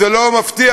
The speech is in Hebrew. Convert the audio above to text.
זה לא מפתיע.